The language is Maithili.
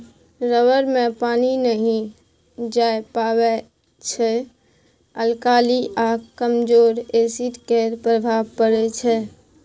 रबर मे पानि नहि जाए पाबै छै अल्काली आ कमजोर एसिड केर प्रभाव परै छै